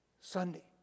Sunday